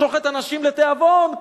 שוחט אנשים לתיאבון,